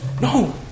no